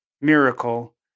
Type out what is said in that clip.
Miracle